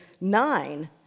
nine